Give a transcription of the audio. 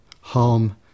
harm